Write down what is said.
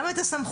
גם את הסמכויות,